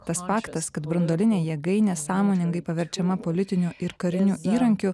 tas faktas kad branduolinė jėgainė sąmoningai paverčiama politiniu ir kariniu įrankiu